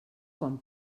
quan